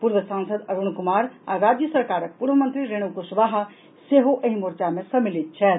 पूर्व सांसद अरूण कुमार आ राज्य सरकारक पूर्व मंत्री रेणु कुशवाहा सेहो एहि मोर्चा मे सम्मिलित छथि